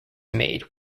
made